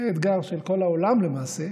זה אתגר של כל העולם, למעשה.